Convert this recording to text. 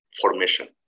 formation